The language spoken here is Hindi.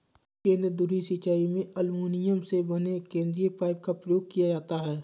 केंद्र धुरी सिंचाई में एल्युमीनियम से बने केंद्रीय पाइप का प्रयोग किया जाता है